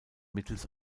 mittels